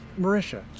Marisha